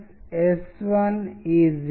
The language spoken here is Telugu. కాబట్టి టెక్స్ట్ ఒకే విధంగా మిగిలిపోయింది